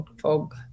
fog